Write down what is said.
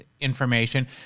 information